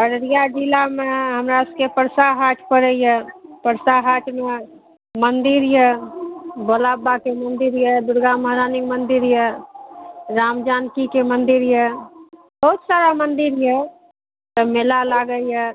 अररिया जिलामे हमरा सभके परसा हाट पड़ैए परसा हाटमे मन्दिर यऽ भोला बाबाके मन्दिर यऽ दुरगा महारानीके मन्दिर यऽ राम जानकीके मन्दिर यऽ बहुत सारा मन्दिर यऽ मेला लागैए